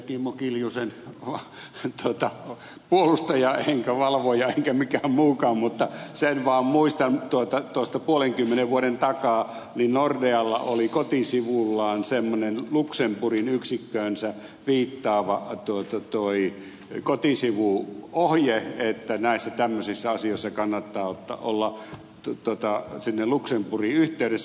kimmo kiljusen puolustaja enkä valvoja enkä mikään muukaan mutta sen vaan muistan tuosta puolenkymmenen vuoden takaa että nordealla oli kotisivullaan semmoinen luxemburgin yksikköönsä viittaava kotisivuohje että näissä tämmöisissä asioissa kannattaa olla sinne luxemburgiin yhteydessä